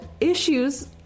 issues